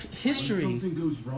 history